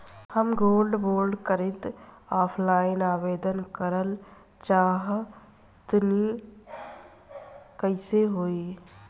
हम gold bond करंति offline आवेदन करल चाह तनि कइसे होई?